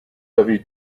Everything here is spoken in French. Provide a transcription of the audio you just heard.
avez